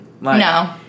No